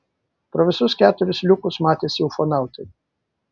pro visus keturis liukus matėsi ufonautai